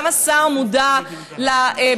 גם השר מודע לבעייתיות,